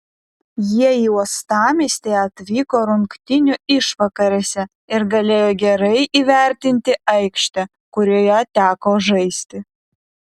jie į uostamiestį atvyko rungtynių išvakarėse ir galėjo gerai įvertinti aikštę kurioje teko žaisti